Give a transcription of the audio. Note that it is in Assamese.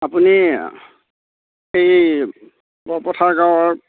আপুনি এই বৰপথাৰ গাঁৱৰ